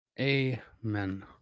amen